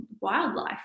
wildlife